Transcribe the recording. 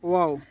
wow